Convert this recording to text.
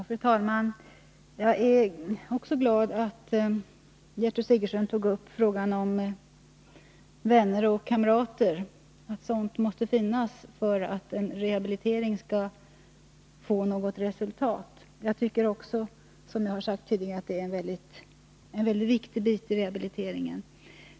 Fru talman! Jag är också glad att Gertrud Sigurdsen tog upp frågan om att vänner och kamrater måste finnas för att en rehabilitering skall få något resultat. Som jag har sagt tidigare, tycker också jag att det är en mycket viktig bit i rehabiliteringen.